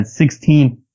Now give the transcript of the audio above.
16